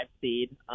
seed